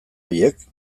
horiek